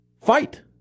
Fight